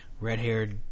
red-haired